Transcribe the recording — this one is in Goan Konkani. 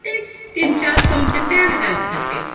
एक तीन चार चमचे तेल घालपाचें